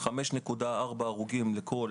5.4 הרוגים לכל